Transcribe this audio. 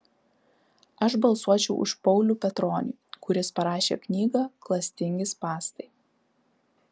aš balsuočiau už paulių petronį kuris parašė knygą klastingi spąstai